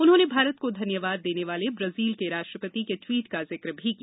उन्होंने भारत को धन्यवाद देने वाले ब्राजील के राष्ट्रपति के टवीट का जिक्र भी किया